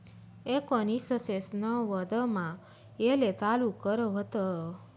एकोनिससे नव्वदमा येले चालू कर व्हत